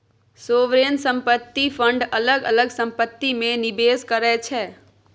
sovereign संपत्ति fund अलग अलग संपत्ति मे निबेस करै छै